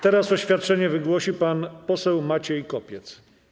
Teraz oświadczenie wygłosi pan poseł Maciej Kopiec.